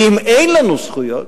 כי אם אין לנו זכויות,